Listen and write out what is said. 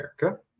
America